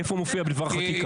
איפה זה מופיע בדבר חקיקה.